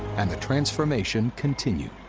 and the transformation continued.